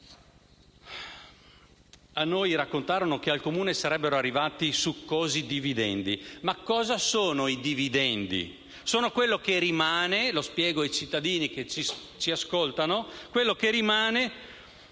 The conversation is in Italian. A noi raccontarono che al Comune sarebbero arrivati succosi dividendi. Ma cosa sono i dividendi? Sono quello che rimane - lo spiego ai cittadini che ci ascoltano - dopo aver